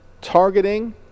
targeting